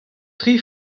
tri